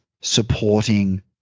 supporting